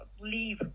leave